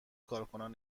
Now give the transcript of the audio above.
کارکنان